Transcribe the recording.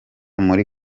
muri